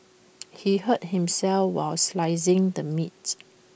he hurt himself while slicing the meat